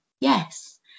Yes